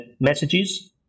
messages